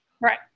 Right